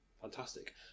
Fantastic